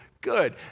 good